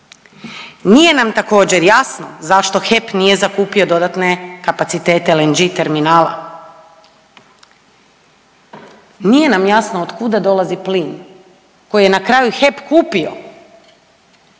Nije nam također, jasno zašto HEP nije zakupio dodatne kapacitete LNG terminala. Nije nam jasno od kuda dolazi plin koji je na kraju HEP kupio